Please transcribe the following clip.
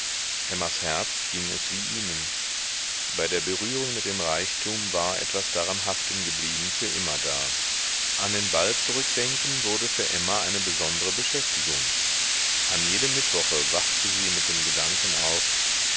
emmas herz ging es wie ihnen bei der berührung mit dem reichtum war etwas daran haften geblieben für immerdar an den ball zurückdenken wurde für emma eine besondre beschäftigung an jedem mittwoche wachte sie mit dem gedanken auf